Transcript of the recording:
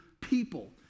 people